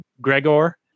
Gregor